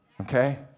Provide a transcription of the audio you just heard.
okay